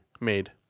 made